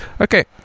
Okay